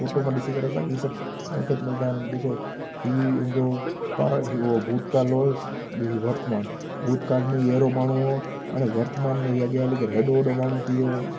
photo मां ॾिसी करे असांखे हीउ सभ स संकेत मिलंदा आहिनि ॾिसो हीउ हुन जो तार ई हुओ भूतकाल हुअसि ॿीं हीअ वर्तमान भूतकाल में ई अहिड़ो माण्हू हुओ हाणे वर्तमान में हीउ अॻियां हली करे हेॾो वॾो माण्हू थी वियो